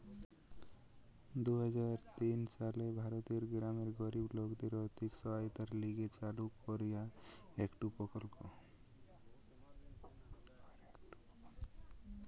দুই হাজার তিন সালে ভারতের গ্রামের গরিব লোকদের আর্থিক সহায়তার লিগে চালু কইরা একটো প্রকল্প